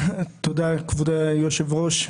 תודה, כבוד היושב-ראש.